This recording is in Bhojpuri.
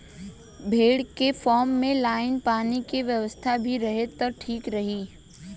भेड़ के फार्म में लाइन पानी के व्यवस्था भी रहे त ठीक रही